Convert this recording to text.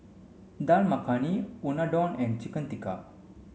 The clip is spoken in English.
Dal Makhani Unadon and Chicken Tikka